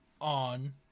on